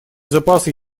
запасы